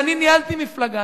אני ניהלתי מפלגה,